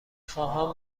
خواهم